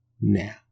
now